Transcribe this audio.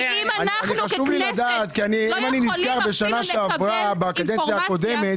כי שנה שעברה בקדנציה הקודמת